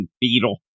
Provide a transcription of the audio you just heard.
Beetle